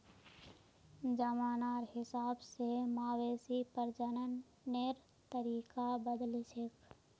जमानार हिसाब से मवेशी प्रजननेर तरीका बदलछेक